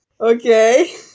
okay